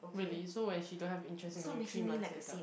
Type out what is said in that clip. really so when she don't have interest in you three months later